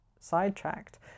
sidetracked